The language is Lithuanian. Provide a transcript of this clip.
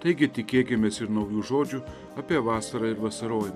taigi tikėkimės ir naujų žodžių apie vasarą ir vasarojimą